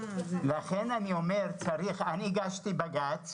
אני הגשתי בג"ץ